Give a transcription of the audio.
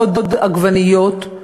עוד עגבניות,